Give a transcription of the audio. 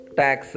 tax